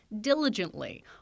diligently